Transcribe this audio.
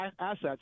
assets